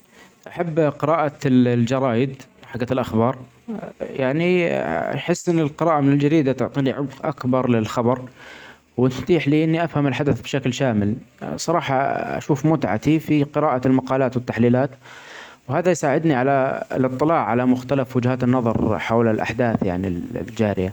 احب قراءه ال-الجرايد حقت الاخبار يعني احس ان القراءه من الجريده تعطيني عمق اكبر للخبر وتتيح لي اني افهم الحدث بشكل شامل صراحه ا-اشوف متعتي في قراءه المقالات والتحليلات وهذا يساعدني علي الاطلاع علي مختلف وجهات النظر حول الاحداث يعني ال-الجاريه.